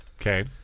Okay